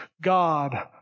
God